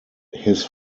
his